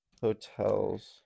Hotels